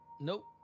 nope